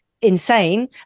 insane